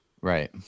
Right